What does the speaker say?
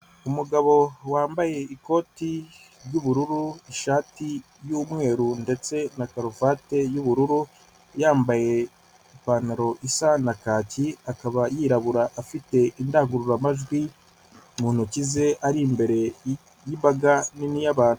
Umugabo wambaye ikoti ry'ubururu ishati y'umweru ndetse na karuvati y'ubururu yambaye ipantaro isa na kaki, akaba yirabura afite indangururamajwi mu ntoki ze, ari imbere yimbaga nini y'abantu.